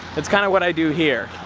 it's kind of what i do here,